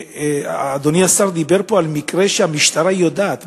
אדוני השר דיבר פה על מקרה שהמשטרה יודעת,